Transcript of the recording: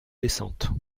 descente